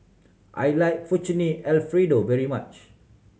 I like Fettuccine Alfredo very much